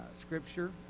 scripture